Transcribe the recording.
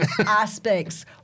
aspects